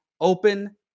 open